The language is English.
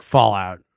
Fallout